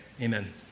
amen